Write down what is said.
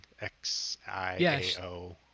X-I-A-O